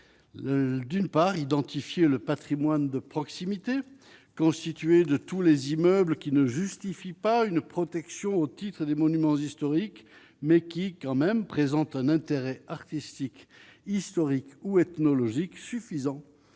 d'une part, identifié le Patrimoine de proximité, constitué de tous les immeubles qui ne justifie pas une protection au titre des monuments historiques, mais qui est quand même présente un intérêt artistique, historique ou ethnologiques suffisant